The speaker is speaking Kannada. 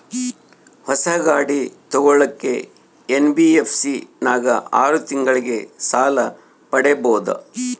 ಹೊಸ ಗಾಡಿ ತೋಗೊಳಕ್ಕೆ ಎನ್.ಬಿ.ಎಫ್.ಸಿ ನಾಗ ಆರು ತಿಂಗಳಿಗೆ ಸಾಲ ಪಡೇಬೋದ?